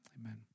Amen